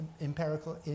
empirical